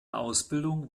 ausbildung